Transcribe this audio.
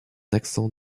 accent